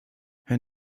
herr